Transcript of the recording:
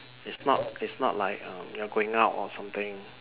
is not is not like um you're going out or something